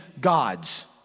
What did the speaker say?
gods